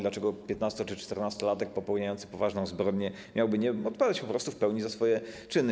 Dlaczego piętnasto- czy czternastolatek popełniający poważną zbrodnię miałby nie odpowiadać w pełni za swoje czyny?